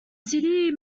city